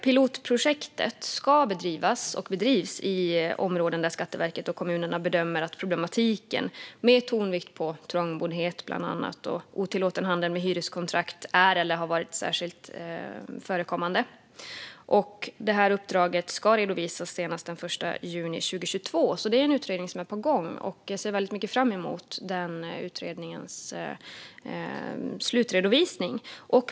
Pilotprojektet ska bedrivas och bedrivs i områden där Skatteverket och kommunerna bedömer att problematik med tonvikt på bland annat trångboddhet och otillåten handel med hyreskontrakt är eller har varit särskilt förekommande. Uppdraget ska redovisas senast den 1 juni i år. Utredningen är alltså på gång, och jag ser mycket fram emot slutredovisningen.